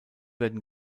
werden